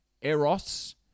Eros